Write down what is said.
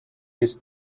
his